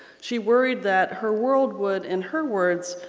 she worried that her world would, in her words,